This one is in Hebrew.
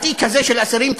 את התיק הזה של אסירים,